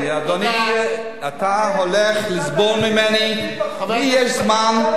אדוני, אתה הולך לסבול ממני, לי יש זמן.